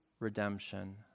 redemption